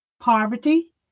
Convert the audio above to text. poverty